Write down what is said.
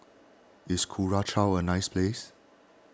is Curacao a nice place